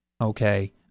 okay